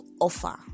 offer